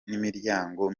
n’imiryango